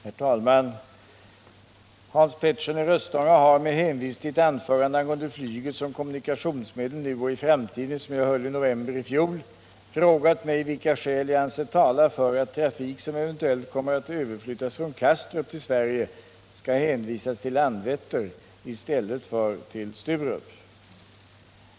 Herr talman! Hans Petersson i Röstånga har, med hänvisning till ett anförande angående flyget som kommunikationsmedel nu och i framtiden som jag höll i november i fjol, frågat mig vilka skäl jag anser tala för att trafik som eventuellt kommer att överflyttas från Kastrup till Sverige skall hänvisas till Landvetter i stället för till Sturup.